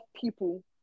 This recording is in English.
people